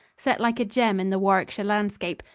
set like a gem in the warwickshire landscape,